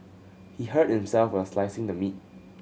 he hurt himself while slicing the meat